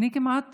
אני כמעט